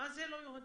מה זה לא יהודי?